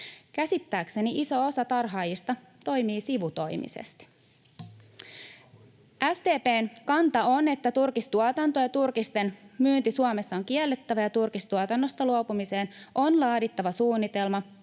Käsittääkseni iso osa tarhaajista toimii sivutoimisesti. SDP:n kanta on, että turkistuotanto ja turkisten myynti Suomessa on kiellettävä ja turkistuotannosta luopumiseen on laadittava suunnitelma,